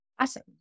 Awesome